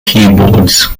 keyboards